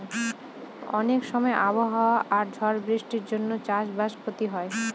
অনেক সময় আবহাওয়া আর ঝড় বৃষ্টির জন্য চাষ বাসে ক্ষতি হয়